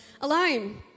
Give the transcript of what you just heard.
alone